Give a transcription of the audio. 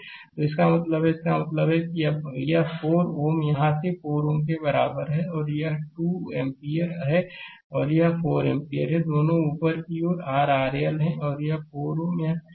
तो इसका मतलब है इसका मतलब है कि यह 4 Ω यहाँ इस 4 Ω के बराबर है और यह 2 एम्पीयर है और यह 4 एम्पीयर है दोनों ऊपर की ओर R RL हैं और 4 Ω यह चीजें इस प्रकार हैं